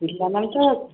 ପିଲାମାନେ ତ